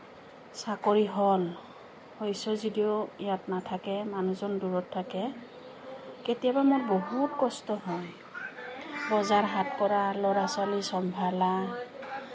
চাকৰি হ'ল হৈছে যদিও ইয়াত নাথাকে মানুহজন দূৰত থাকে কেতিয়াবা মই বহুত কষ্ট পাওঁ বজাৰ হাট কৰা ল'ৰা ছোৱালী চম্ভালা